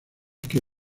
que